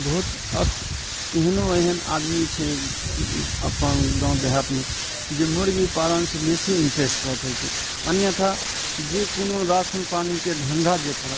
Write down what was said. बहुत अखन एहनो एहन आदमी छै अपन गाँव देहातमे जे मुर्गी पालन से बेसी इंटरेस्ट रखै छै अन्यथा जे कोनो राशन पानिके धन्धा जे करत